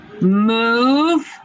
move